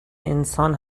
انسان